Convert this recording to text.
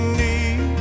need